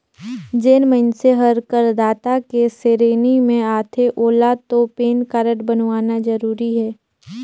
जेन मइनसे हर करदाता के सेरेनी मे आथे ओेला तो पेन कारड बनवाना जरूरी हे